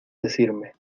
decirme